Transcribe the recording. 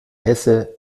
hesse